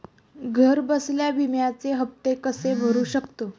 घरबसल्या विम्याचे हफ्ते कसे भरू शकतो?